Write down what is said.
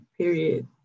Period